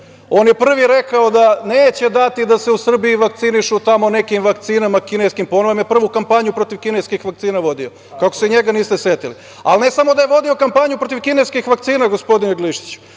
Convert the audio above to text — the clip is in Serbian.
On je prvi rekao da neće dati da se u Srbiji vakcinišu tamo nekim vakcinama kineskim, pa on nam je prvu kampanju protiv kineskih vakcina vodio. Kako se njega niste setili? Ali ne samo da jevodio kampanju protiv kineskih vakcina, gospodine Glišiću,